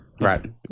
Right